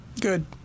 Good